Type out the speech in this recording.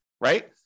right